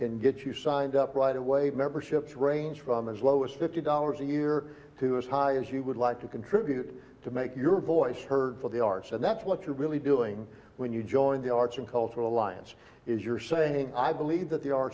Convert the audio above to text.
can get you signed up right away memberships range from as lowest two dollars a year to as high as you would like to contribute to make your voice heard for the arts and that's what you're really doing when you join the arts and culture alliance is your saying i believe that the ar